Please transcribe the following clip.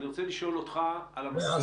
אני רוצה לשאול אותך על המסקנות --- אז,